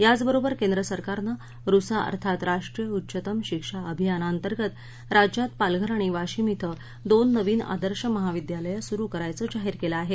याच बरोबर केंद्र सरकारनं रुसा अर्थात राष्ट्रीय उच्चतम शिक्षा अभियानांतर्गत राज्यात पालघर आणि वाशिम ध्वं दोन नवीन आदर्श महाविद्यालयं सुरू करायचं जाहीर केलं आहे